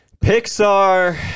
Pixar